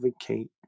advocate